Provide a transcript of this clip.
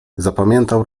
zapamiętał